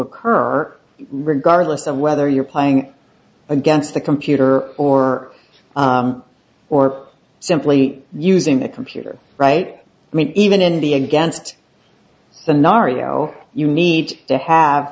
occur regardless of whether you're playing against the computer or or simply using a computer right i mean even in the against the nara now you need to have